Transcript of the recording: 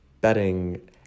bedding